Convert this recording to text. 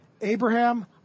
Abraham